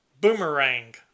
Boomerang